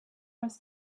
was